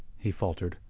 he faltered,